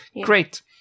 Great